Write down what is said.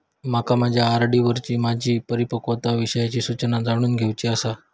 माका माझ्या आर.डी वरची माझी परिपक्वता विषयची सूचना जाणून घेवुची आसा